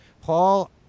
Paul